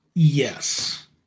Yes